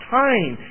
time